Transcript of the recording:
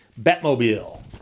Batmobile